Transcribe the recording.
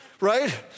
right